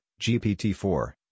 GPT-4